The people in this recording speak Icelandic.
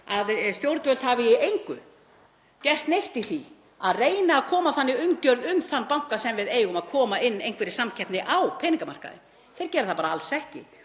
stjórnvöld hafa í engu gert neitt í því að reyna að koma þannig umgjörð um þann banka þar sem við eigum að koma á einhverri samkeppni á peningamarkaði. Þeir gera það bara alls ekki.